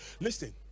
listen